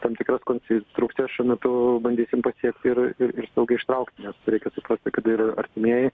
tam tikras konsi strukcijas šiuo metu bandysim pasiekti ir ir saugiai ištraukti nes tai reikia suprasti kad ir artimieji